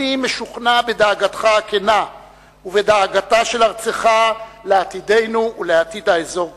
אני משוכנע בדאגתך הכנה ובדאגתה של ארצך לעתידנו ולעתיד האזור כולו.